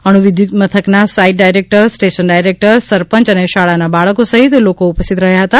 અણુવિર્ધુતમથકના site director station director સરપંચ અને શાળાના બાળકો સહિત લોકો ઉપસ્થિત રહ્યા હતા